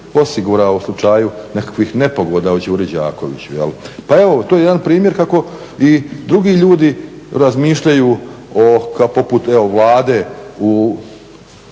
osigurao u slučaju nekakvih nepogoda u Đuri Đakoviću. Pa evo to je jedan primjer kako i drugi ljudi razmišljaju o, poput evo Vlade u